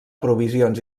provisions